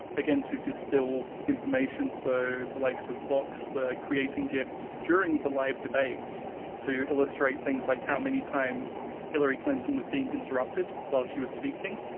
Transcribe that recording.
again, to distil information. so the likes of vox were creating gifs during the live debates to illustrate things like how many times hilary clinton was being interrupted while she was speaking.